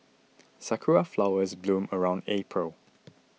sakura flowers bloom around April